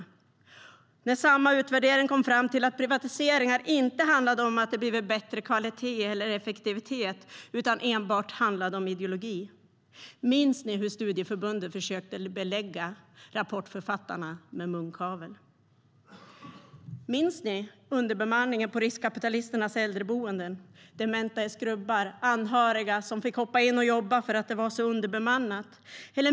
Minns ni att samma utvärdering kom fram till att privatiseringar inte handlade om att det blivit bättre kvalitet eller effektivitet utan enbart handlade om ideologi? Minns ni att studieförbundet försökte belägga rapportförfattarna med munkavle? Minns ni underbemanningen på riskkapitalisternas äldreboenden med dementa i skrubbar och anhöriga som fick hoppa in och jobba för att det var så underbemannat?